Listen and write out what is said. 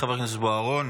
חבר הכסת בוארון,